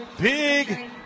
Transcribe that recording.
big